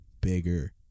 bigger